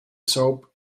soap